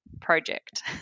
Project